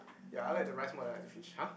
ya I like the rice more than I like the fish !huh!